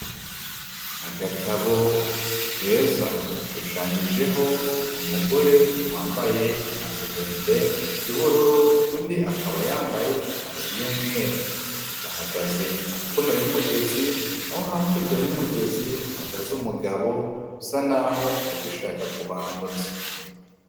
Agatabo keza, gashushanyijeho, umugore wambaye ikanzu ndende, y'ubururu undi akaba yambaye ikanzu y'umweru. Bahagaze hakuno y'umugezi, aho hakurya y'umugezi hagaze umugabo, usa naho ari gushaka kubambutsa.